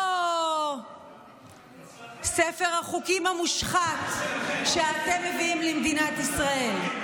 לא ספר החוקים המושחת שאתם מביאים למדינת ישראל.